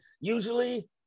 Usually